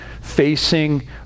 facing